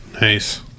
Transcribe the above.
Nice